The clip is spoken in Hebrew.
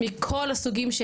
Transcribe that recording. מכל הסוגים.